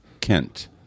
Kent